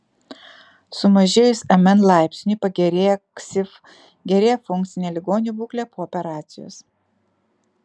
sumažėjus mn laipsniui pagerėja ksif gerėja funkcinė ligonių būklė po operacijos